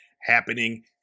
happening